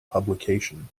publication